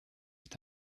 est